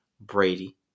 Brady